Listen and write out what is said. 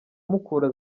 mukura